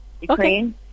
Ukraine